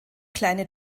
kleine